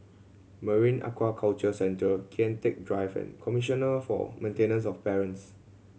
Marine Aquaculture Centre Kian Teck Drive and Commissioner for Maintenance of Parents